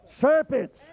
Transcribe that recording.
serpents